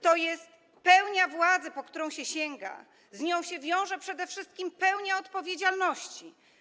To jest pełnia władzy, po którą się sięga, z nią się wiąże przede wszystkim pełnia odpowiedzialności.